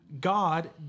God